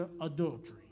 adultery